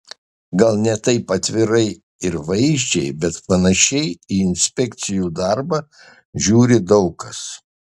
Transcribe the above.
gal ne taip atvirai ir vaizdžiai bet panašiai į inspekcijų darbą žiūri dar daug kas